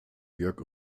jörg